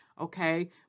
okay